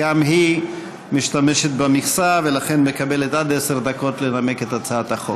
גם היא משתמשת במכסה ולכן מקבלת עד עשר דקות לנמק את הצעת החוק.